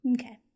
Okay